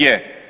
Je.